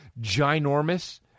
ginormous